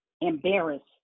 embarrassed